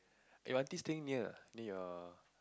eh Wantisden near near your